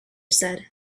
said